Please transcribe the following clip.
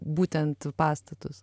būtent pastatus